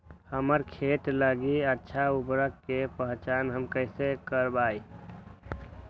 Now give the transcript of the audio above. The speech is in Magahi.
हमार खेत लागी अच्छा उर्वरक के पहचान हम कैसे करवाई?